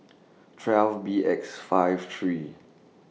twelve B X five three